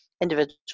Individual